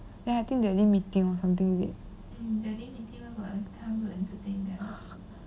then I think daddy meeting or something is it